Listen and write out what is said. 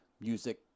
music